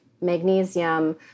magnesium